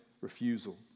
refusal